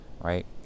right